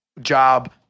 job